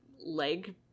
leg